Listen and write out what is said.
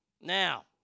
Now